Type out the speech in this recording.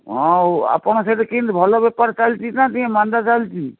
ହଉ ଆପଣ ସେଠି କେମିତି ଭଲ ବେପାର ଚାଲିଛି ନା ଟିକେ ମାନ୍ଦା ଚାଲିଛି